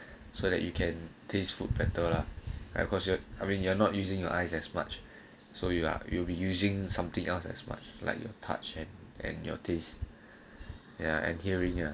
so that you can taste food better lah of course you are I mean you're not using your eyes as much so you are you will be using something else as much like you touch it and your tastes ya adhering ah